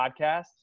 podcast